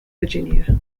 virginia